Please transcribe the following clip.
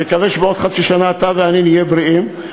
נקווה שבעוד חצי שנה אתה ואני נהיה בריאים,